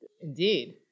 Indeed